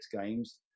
games